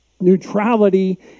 Neutrality